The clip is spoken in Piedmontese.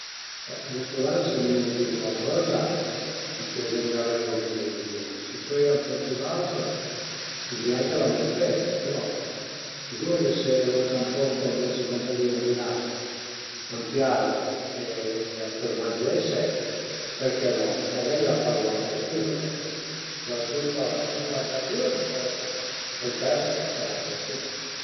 Grupese le scarpe al e nen dificil, ades a dipend anche dal tipu dë scarpa, për ezempi le scarpe da ginnastica a s'pölu bütese i lacci ën diverse manere, cum a i bütu ënt i negosi mi a m'pias nen, preferisu büteie a la mia manera. Scarpun ënvece i scarpun da muntagna mi i fazu i fazu ël grup a l'incuntrari, ënvece dë pasé da zura, pasu da suta cun l'autra stringa